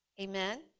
Amen